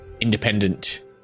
independent